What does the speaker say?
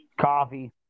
Coffee